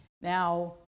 now